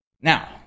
now